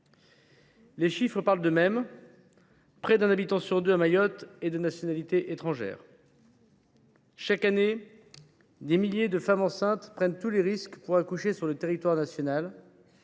Les chiffres parlent d’eux mêmes : près d’un habitant sur deux à Mayotte est de nationalité étrangère. Chaque année, des milliers de femmes enceintes prennent tous les risques pour accoucher sur le territoire, animées